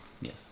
yes